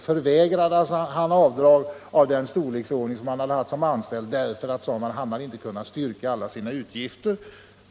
Då förvägrades han göra avdrag för sista halvåret, av den storleksordning som han hade haft som anställd, eftersom han inte i detalj kunde styrka sina utgifter.